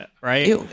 right